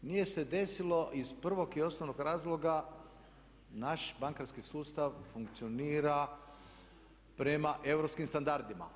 Nije se desilo iz prvog i osnovnog razloga naš bankarski sustav funkcionira prema europskim standardima.